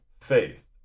faith